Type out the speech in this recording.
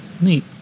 Neat